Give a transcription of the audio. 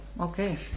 okay